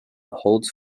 holds